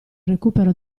recupero